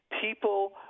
people